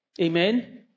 Amen